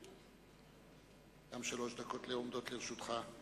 שלוש דקות עומדות לרשותך.